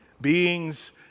beings